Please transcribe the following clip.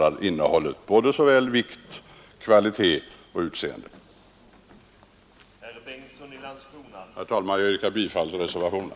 I. innehållet såväl beträffande vikt som kvalitet och utseende. Herr talman! Jag yrkar bifall till reservationen.